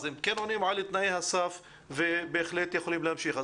הם כן עונים על תנאי הסף ובהחלט יכולים להמשיך.